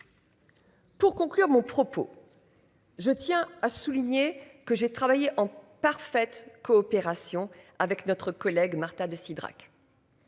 Pour conclure mon propos. Je tiens à souligner que j'ai travaillé en parfaite coopération avec notre collègue Marta de Cidrac.